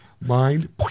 Mind